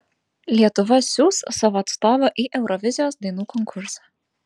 lietuva siųs savo atstovą į eurovizijos dainų konkursą